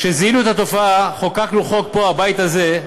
כשזיהינו את התופעה, חוקקנו פה, הבית הזה,